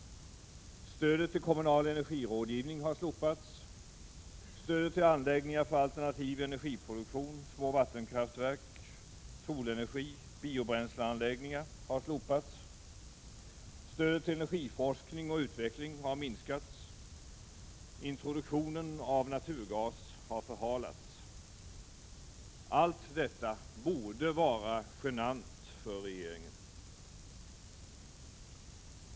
Stödet till kommunal energirådgivning har slopats. Stödet till anläggningar för alternativ energiproduktion — små vattenkraftverk, solenergi och biobränsleanläggningar — har slopats. Stödet till energiforskning och utveckling har minskats. Introduktionen av naturgas har förhalats. Allt detta borde vara genant för regeringen.